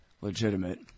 legitimate